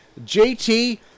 JT